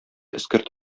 эскерт